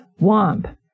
Womp